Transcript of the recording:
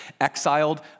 exiled